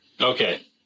Okay